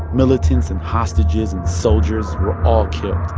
militants and hostages and soldiers were all killed